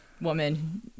woman